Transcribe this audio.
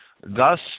thus